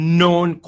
known